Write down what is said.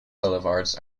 boulevards